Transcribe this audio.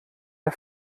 der